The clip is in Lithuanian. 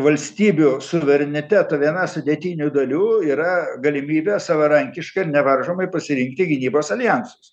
valstybių suvereniteto viena sudėtinių dalių yra galimybė savarankiškai ir nevaržomai pasirinkti gynybos aljansus